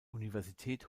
universität